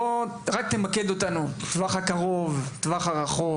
בוא רק תמקד אותנו - טווח הקרוב טווח הרחוק,